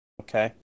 okay